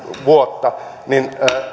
vuotta niin